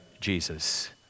Jesus